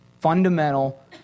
fundamental